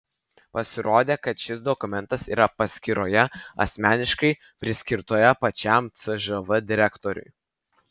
pasirodė kad šis dokumentas yra paskyroje asmeniškai priskirtoje pačiam cžv direktoriui